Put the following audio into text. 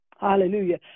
hallelujah